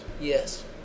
Yes